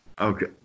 Okay